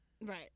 Right